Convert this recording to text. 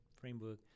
framework